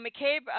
McCabe